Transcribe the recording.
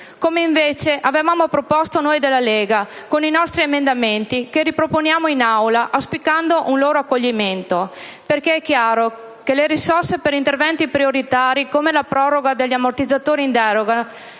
come invece avevamo proposto noi della Lega con i nostri emendamenti che riproponiamo in Aula auspicando un loro accoglimento. È chiaro, infatti, che le risorse per interventi prioritari, come la proroga degli ammortizzatori in deroga,